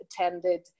attended